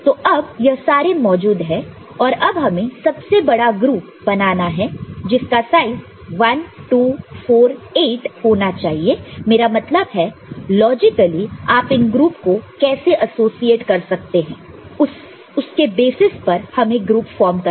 तो अब यह सारे मौजूद है और अब हमें सबसे बड़ा ग्रुप बनाना है जिसका साइज 1 2 4 8 होना चाहिए मेरा मतलब है लॉजिकली आप इन ग्रुप को कैसे एसोसिएट कर सकते हो उसके बेसिस पर हमें ग्रुप फॉर्म करना है